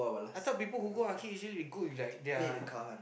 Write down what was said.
I thought people who go arcade usually they go with like their